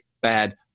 bad